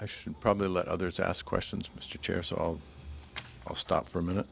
i should probably let others ask questions mr chair so i'll stop for a minute